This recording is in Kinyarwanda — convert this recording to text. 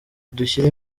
dushyira